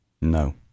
No